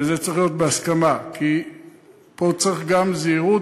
וזה צריך להיות בהסכמה, כי פה צריך גם זהירות.